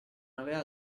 aveva